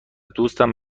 دوستم